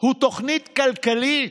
הוא תוכנית כלכלית,